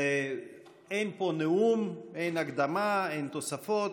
אין פה נאום, אין הקדמה, אין תוספות.